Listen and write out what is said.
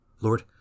Lord